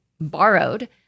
borrowed